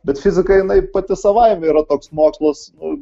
bet fizika jinai pati savaime yra toks mokslas nu